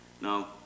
Now